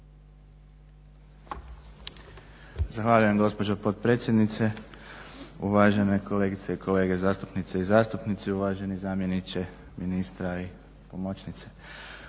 Zahvaljujem gospođo potpredsjednice, uvažene kolegice i kolege zastupnice i zastupnici, uvaženi zamjeniče ministra i pomoćnice.